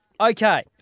Okay